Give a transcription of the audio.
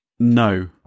no